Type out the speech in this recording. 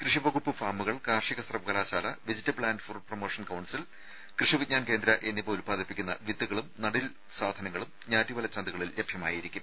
കൃഷിവകുപ്പ് ഫാമുകൾ കാർഷിക സർവ്വകലാശാല vegetable and fruit promotion council Krishi Vigyan Kendra എന്നിവ ഉല്പാദിപ്പിക്കുന്ന വിത്തുകളും നടീൽ വസ്തുക്കളും ഞാറ്റുവേല ചന്തകളിൽ ലഭ്യമായിരിക്കും